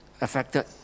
affected